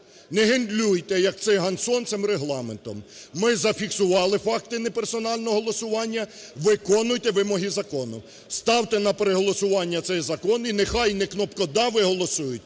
Не гендлюйте, як циган сонцем, Регламентом. Ми зафіксували факти неперсонального голосування, виконуйте вимоги закону. Ставте на переголосування цей закон, і нехай не кнопкодави голосують…